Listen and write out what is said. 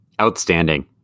outstanding